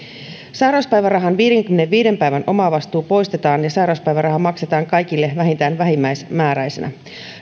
sairauspäivärahan viidenkymmenenviiden päivän omavastuu poistetaan ja sairauspäiväraha maksetaan kaikille vähintään vähimmäismääräisenä